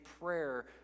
prayer